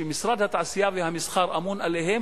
שמשרד התעשייה והמסחר אמון עליהם,